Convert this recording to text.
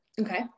Okay